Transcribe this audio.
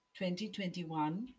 2021